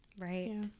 Right